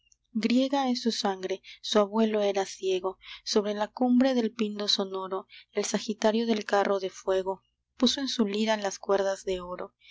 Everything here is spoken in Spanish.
griega es su sangre su abuelo era ciego sobre la cumbre del pindo sonoro el sagitario del carro de fuego puso en su lira las cuerdas de oro